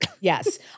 Yes